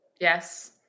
Yes